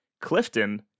Clifton